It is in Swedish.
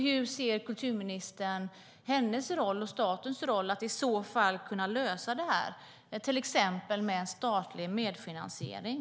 Hur ser kulturministern på hennes och statens roll i att i så fall kunna lösa det här, till exempel med statlig medfinansiering?